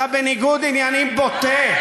אתה בניגוד עניינים בוטה,